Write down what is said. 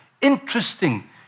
interesting